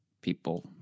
people